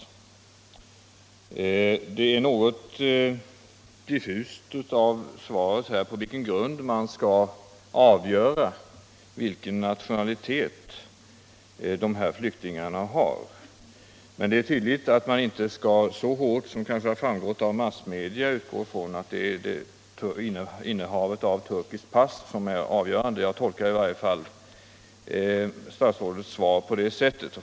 Svaret är något diffust när det gäller frågan, på vilken grund man skall avgöra vilken nationalitet dessa flyktingar har. Men det är tydligt att det inte — såsom påståtts i massmedia — är innehavet av turkiskt pass som är avgörande. Jag tolkar i varje fall statsrådets svar på det sättet.